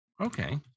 okay